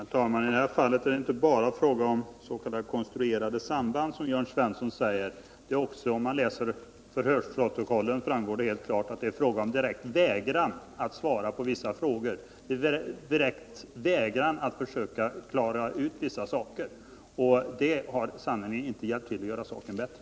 Herr talman! I detta fall är det inte bara fråga om s.k. konstruerade samband, som Jörn Svensson säger. För den som läser förhörsprotokollen framstår det helt klart att det också är fråga om direkt vägran att svara på vissa frågor och att försöka klara ut vissa saker. Det har sannerligen inte hjälpt till att göra saken bättre.